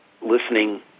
listening